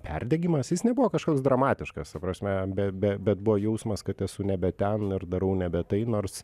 perdegimas jis nebuvo kažkoks dramatiškas ta prasme be be bet buvo jausmas kad esu nebe ten ir darau nebe tai nors